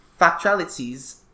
factualities